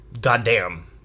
goddamn